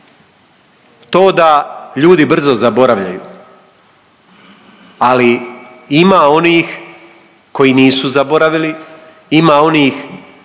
To da ljudi brzo zaboravljaju, ali ima onih koji nisu zaboravili, ima onih